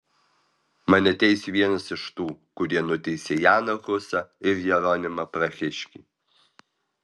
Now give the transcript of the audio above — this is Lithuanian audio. mane teis vienas iš tų kurie nuteisė janą husą ir jeronimą prahiškį